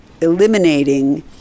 eliminating